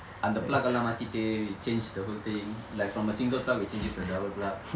அந்த:andtha plug எல்லாம் மாற்றிவிட்டு:ellam matrivittu we change the whole thing like from a single plug we changed it to a double plug